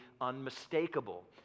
unmistakable